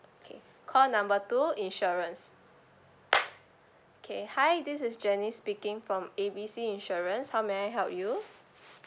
okay call number two insurance okay hi this is janice speaking from A B C insurance how may I help you